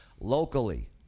locally